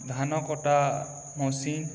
ଧାନ କଟା ମସିନ୍